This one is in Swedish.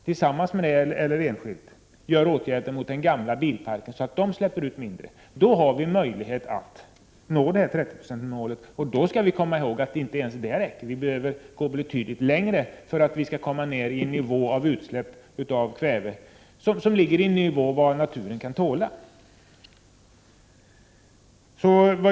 Tillsammans med det eller fristående skulle man också kunna vidta åtgärder när det gäller den gamla bilparken så att den släpper ut mindre kväve. I detta sammanhang måste vi emellertid komma ihåg att inte ens dessa åtgärder räcker. Vi behöver gå betydligt längre för att vi skall kunna komma ner på en nivå för kväveutsläppen som naturen kan tåla.